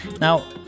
Now